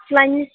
सलाहीं